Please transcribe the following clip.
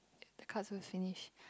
the cards go finish